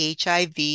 HIV